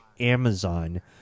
Amazon